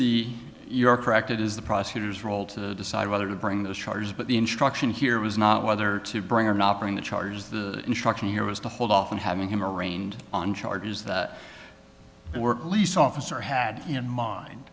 the your correct it is the prosecutor's role to decide whether to bring those charges but the instruction here was not whether to bring or not bring the charges the instruction here was to hold off and having him arraigned on charges that were police officer had in mind